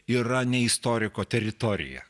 yra ne istoriko teritorija